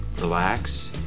relax